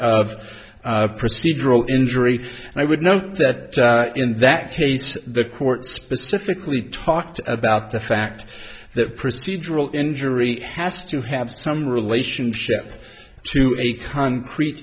of procedural injury and i would note that in that case the court specifically talked about the fact that procedural injury has to have some relationship to a concrete